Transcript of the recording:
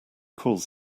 cause